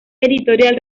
editorial